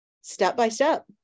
step-by-step